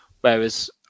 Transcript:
whereas